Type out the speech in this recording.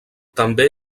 també